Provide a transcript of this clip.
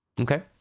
Okay